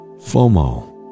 FOMO